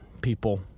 people